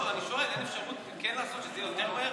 אני שואל: אין אפשרות שזה יהיה יותר מהר,